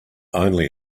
only